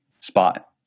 spot